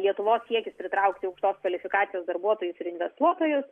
lietuvos siekis pritraukti aukštos kvalifikacijos darbuotojus ir investuotojus